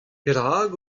perak